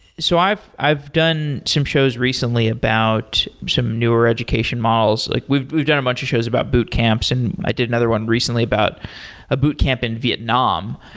so i've i've done some shows recently about some newer education models. we've we've done a bunch of shows about boot camps. and i did another one recently about a boot camp in vietnam.